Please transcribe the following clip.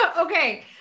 Okay